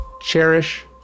Cherish